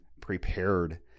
prepared